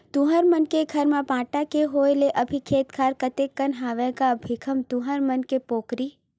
तुँहर मन के घर म बांटा के होय ले अभी खेत खार कतिक कन हवय गा भीखम तुँहर मन के पोगरी?